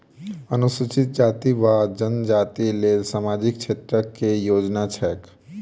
अनुसूचित जाति वा जनजाति लेल सामाजिक क्षेत्रक केँ योजना छैक?